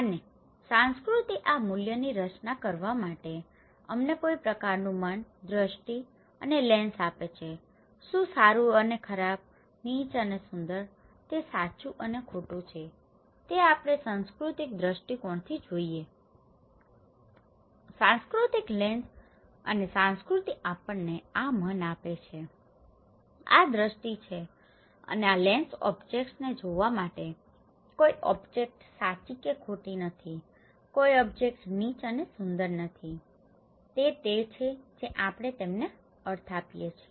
અને સંસ્કૃતિ આ મૂલ્યોની રચના કરવા માટે અમને કોઈ પ્રકારનું મન દ્રષ્ટિ અને લેન્સ આપે છે શું સારું અને ખરાબ નીચ અને સુંદર છે તે સાચું અને ખોટું છે તે આપણે સાંસ્કૃતિક દ્રષ્ટિકોણથી જોઈએ છીએ સાંસ્કૃતિક લેન્સ અને સંસ્કૃતિ આપણને આ મન આપે છે આ દ્રષ્ટિ છે અને આ લેન્સ ઓબ્જેક્ટ્સને જોવા માટે કોઈ ઓબ્જેક્ટ સાચી કે ખોટી નથી કોઈ ઓબ્જેક્ટ નીચ અને સુંદર નથી તે તે છે જે આપણે તેમને અર્થ આપીએ છીએ